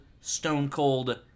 stone-cold